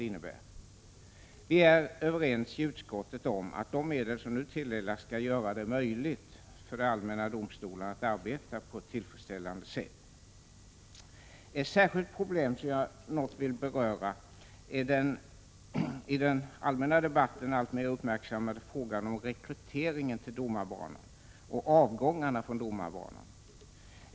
Vi är i utskottet överens om uppfattningen att de medel som nu tilldelas skall göra det möjligt för de allmänna domstolarna att arbeta på ett tillfredsställande sätt. Ett särskilt problem, som jag något vill beröra, är den i den allmänna debatten alltmer uppmärksammade frågan om rekryteringen till och avgångarna från domarbanan.